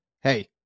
hey